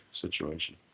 situation